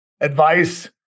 advice